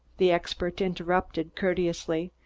the expert interrupted courteously,